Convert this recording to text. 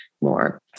more